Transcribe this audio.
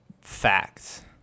Facts